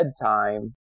bedtime